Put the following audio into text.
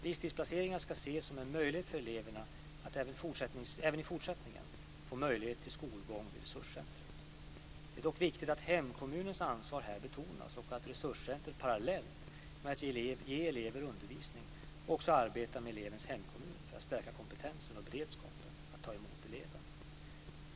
Visstidsplaceringarna ska ses som en möjlighet för eleverna att även i fortsättningen få möjlighet till skolgång vid resurscentret. Det är dock viktigt att hemkommunens ansvar här betonas och att resurscentret parallellt med att ge eleven undervisning också arbetar med elevens hemkommun för att stärka kompetensen och beredskapen att ta emot eleven.